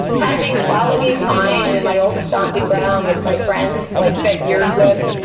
having quality time in my old stomping ground with my friends who i spent years with,